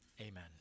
Amen